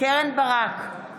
קרן ברק,